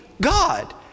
God